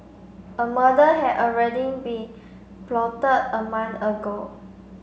a murder had already been plotted a month ago